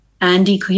Andy